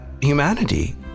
humanity